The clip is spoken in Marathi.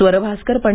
स्वरभास्कर पं